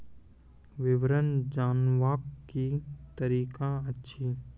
विवरण जानवाक की तरीका अछि?